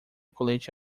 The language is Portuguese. colete